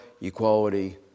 equality